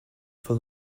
for